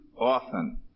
often